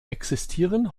existieren